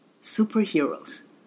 Superheroes